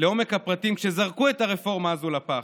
הפרטים כשזרקו את הרפורמה הזאת לפח.